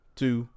two